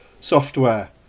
software